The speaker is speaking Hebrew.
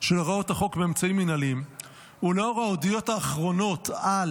של הוראות החוק באמצעים מנהליים ולאור העדויות האחרונות על